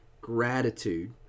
gratitude